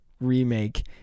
remake